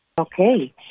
Okay